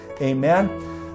Amen